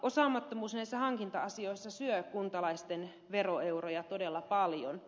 osaamattomuus näissä hankinta asioissa syö kuntalaisten veroeuroja todella paljon